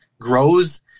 grows